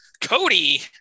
Cody